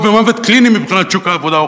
הוא במוות קליני מבחינת שוק העבודה,